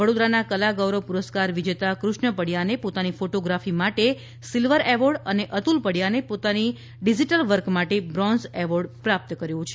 વડોદરાના કલા ગૌરવ પુરસ્કાર વિજેતા કૃષ્ણ પડિયાને પોતાની ફોટોગ્રાફી માટે સિલ્વર એવોર્ડ તેમજ અતુલ પડિયાને પોતાની ડિઝીટલ વર્ક માટે બ્રોન્ઝ એવોર્ડ પ્રાપ્ત કર્યો છે